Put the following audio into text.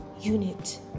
unit